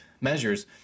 measures